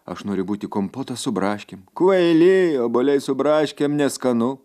aš noriu būti kompotas su braškėm kvaily obuoliai su braškėm neskanu